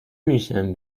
میشم